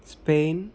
Spain